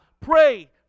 Pray